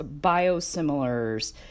biosimilars